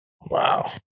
Wow